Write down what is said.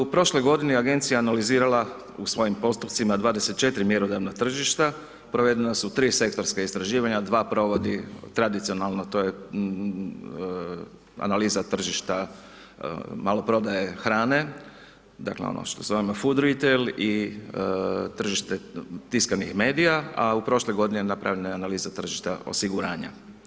U prošloj godini agencija je analizirala u svojim postupcima 24 mjerodavna tržišta, provedena su tri sektorska istraživanja, 2 provodi tradicionalno, to je analiza tržišta maloprodaje hrane, dakle ono što zovemo food retailers i tržište tiskanih medija a u prošloj godini je napravljena i analiza tržišta osiguranja.